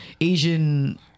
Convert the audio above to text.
Asian